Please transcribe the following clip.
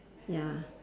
ya